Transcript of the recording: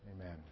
Amen